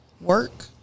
work